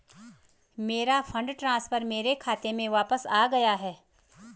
मेरा fund transfer मेरे खाते में वापस आ गया है